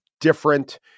different